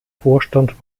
vorstand